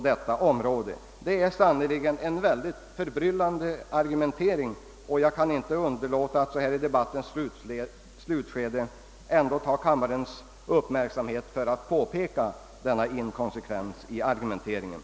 Detta är sannerligen en förbryllande argumentering, och jag kan inte underlåta att så här i debattens slutskede ta kammarens uppmärksamhet i anspråk för att påpeka denna inkonsekvens i argumenteringen.